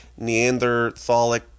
Neanderthalic